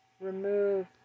remove